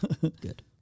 Good